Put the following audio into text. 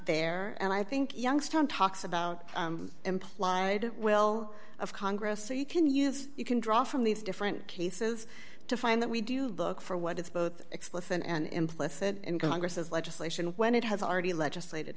there and i think youngstown talks about implied will of congress so you can use you can draw from these different cases to find that we do look for what it's both explicit and implicit in congress is legislation when it has already legislated